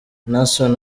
naasson